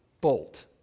bolt